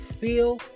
feel